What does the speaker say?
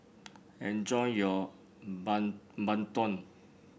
enjoy your bandung